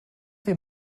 wir